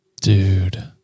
Dude